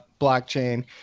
blockchain